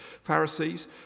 Pharisees